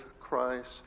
Christ